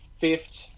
fifth